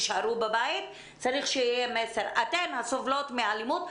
תישארו בבית צריך שיהיה מסר: אתן שסובלות מאלימות,